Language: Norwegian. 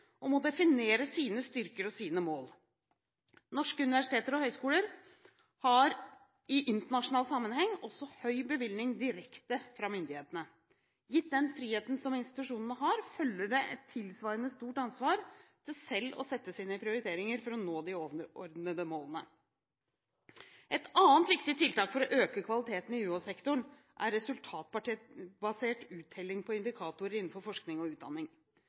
og må definere sine styrker og sine mål. Norske universiteter og høyskoler har i internasjonal sammenheng også høy bevilgning direkte fra myndighetene. Gitt den friheten som institusjonene har, følger det et tilsvarende stort ansvar til selv å sette sine prioriteringer for å nå de overordnede målene. Et annet viktig tiltak for å øke kvaliteten i UH-sektoren er resultatbasert uttelling på indikatorer innenfor forskning og utdanning.